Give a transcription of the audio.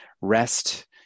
rest